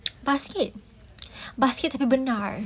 basket basket tapi benar